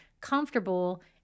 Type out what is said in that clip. comfortable